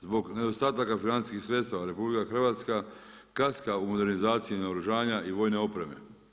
Zbog nedostataka financijskih sredstava RH kaska u modernizaciji naoružanja i vojne opreme.